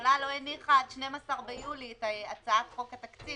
שהממשלה לא הניחה עד 12 ביולי את הצעת חוק התקציב,